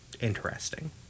interesting